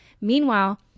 Meanwhile